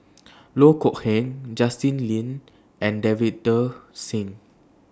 Loh Kok Heng Justin Lean and Davinder Singh